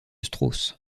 strauss